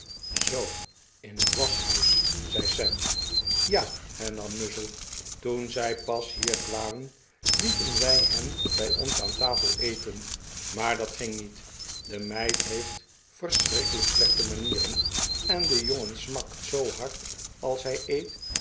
zoo in het waschhuis zei sam ja hernam muzzle toen zij pas hier kwamen lieten wij hen bij ons aan tafel eten maar dat ging niet de meid heeft verschrikkelijk slechte manieren en de jongen smakt zoo hard als hij eet